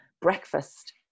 breakfast